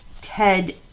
ted